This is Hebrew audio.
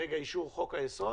מרגע אישור חוק-היסוד